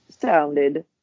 sounded